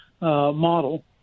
model